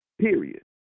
period